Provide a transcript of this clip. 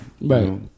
Right